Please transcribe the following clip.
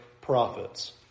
prophets